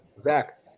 Zach